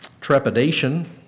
trepidation